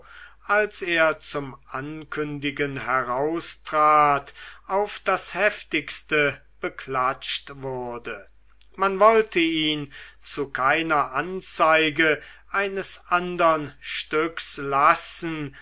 als er zum ankündigen heraustrat auf das heftigste beklatscht wurde man wollte ihn zu keiner anzeige eines andern stückes lassen